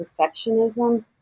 perfectionism